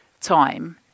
time